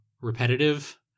repetitive